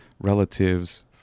relatives